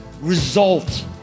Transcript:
result